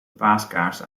paaskaars